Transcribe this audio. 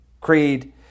creed